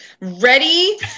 ready